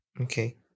okay